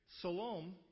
Salome